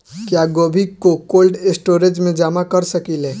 क्या गोभी को कोल्ड स्टोरेज में जमा कर सकिले?